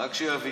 רק שיבין.